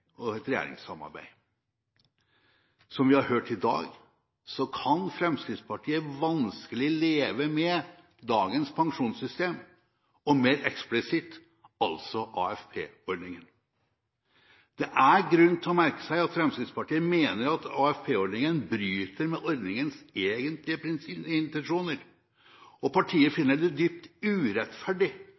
og et regjeringssamarbeid. Som vi har hørt i dag, kan Fremskrittspartiet vanskelig leve med dagens pensjonssystem, og mer eksplisitt AFP-ordningen. Det er grunn til å merke seg at Fremskrittspartiet mener at AFP-ordningen bryter med ordningens egentlige intensjoner, og partiet finner det dypt urettferdig